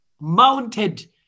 mounted